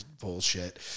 bullshit